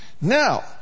Now